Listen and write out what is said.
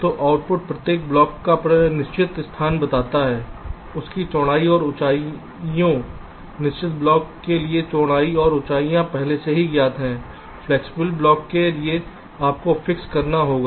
तो आउटपुट प्रत्येक ब्लॉक का निश्चित स्थान बताएगा उनकी चौड़ाई और ऊंचाइयों निश्चित ब्लॉक के लिए चौड़ाई और ऊंचाई पहले से ही ज्ञात हैं फ्लैक्सिबल ब्लॉक के लिए आपको फिक्स करना होगा